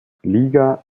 liga